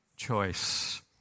choice